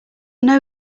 know